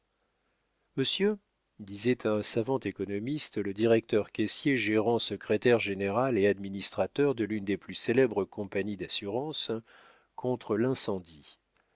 monsieur disait à un savant économiste le directeur caissier gérant secrétaire général et administrateur de l'une des plus célèbres compagnies d'assurance contre l'incendie